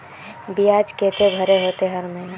बियाज केते भरे होते हर महीना?